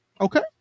Okay